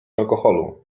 alkoholu